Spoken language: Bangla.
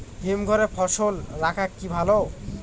হিমঘরে ফসল রাখা কি ভালো?